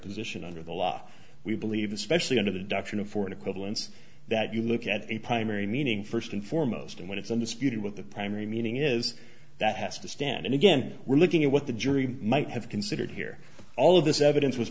position under the law we believe especially under the doctrine of foreign evelyn's that you look at a primary meaning first and foremost and when it's undisputed what the primary meaning is that has to stand and again we're looking at what the jury might have considered here all of this evidence was